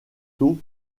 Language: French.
taux